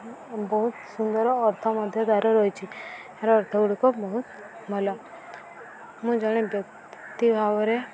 ବହୁତ ସୁନ୍ଦର ଅର୍ଥ ମଧ୍ୟ ତା'ର ରହିଛି ଏ ଅର୍ଥ ଗୁଡ଼ିକ ବହୁତ ଭଲ ମୁଁ ଜଣେ ବ୍ୟକ୍ତି ଭାବରେ